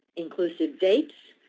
inclusive dates,